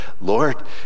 Lord